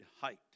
height